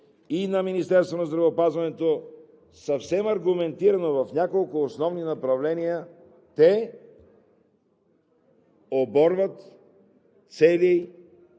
и на Министерството на здравеопазването. Съвсем аргументирано, в няколко основни направления те оборват цели